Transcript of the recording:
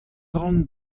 ran